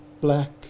black